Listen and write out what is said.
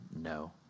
no